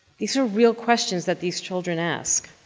these are real questions that these children ask.